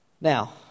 Now